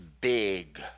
big